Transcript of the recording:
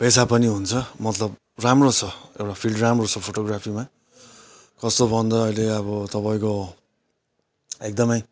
पेसा पनि हुन्छ मतलब राम्रो छ एउटा फिल्ड राम्रो छ फोटोग्रााफीमा कस्तो भन्दा अहिले तपाईँको एकदमै